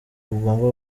bugomba